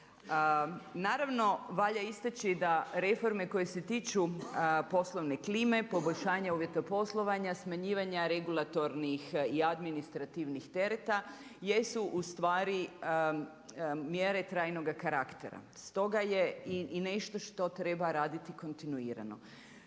Naravno valja istaći da reforme koje se tiču poslovne klime, poboljšanje uvjeta poslovanja, smanjivanja regulatornih i administrativnih tereta jesu u stvari mjere trajnoga karaktera. Stoga je i nešto što treba raditi kontinuirano.